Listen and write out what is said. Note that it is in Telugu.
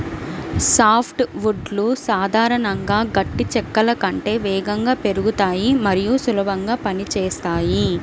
సాఫ్ట్ వుడ్లు సాధారణంగా గట్టి చెక్కల కంటే వేగంగా పెరుగుతాయి మరియు సులభంగా పని చేస్తాయి